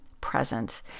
present